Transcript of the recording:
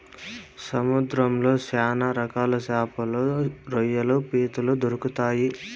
సముద్రంలో శ్యాన రకాల శాపలు, రొయ్యలు, పీతలు దొరుకుతాయి